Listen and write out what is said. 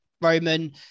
Roman